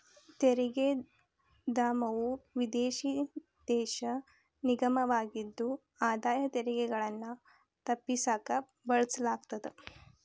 ತೆರಿಗೆ ಧಾಮವು ವಿದೇಶಿ ದೇಶ ನಿಗಮವಾಗಿದ್ದು ಆದಾಯ ತೆರಿಗೆಗಳನ್ನ ತಪ್ಪಿಸಕ ಬಳಸಲಾಗತ್ತ